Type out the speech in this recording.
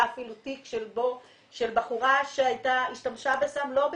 היה אפילו תיק של בחורה שהשתמשה בסם לא בכפייה,